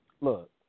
look